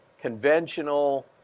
conventional